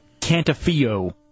Cantafio